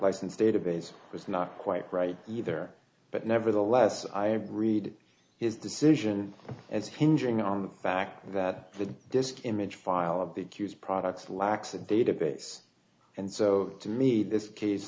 license database was not quite right either but nevertheless i read his decision as pinching on the fact that the disk image file of the q s products lacks a database and so to me this case